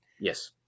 Yes